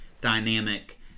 dynamic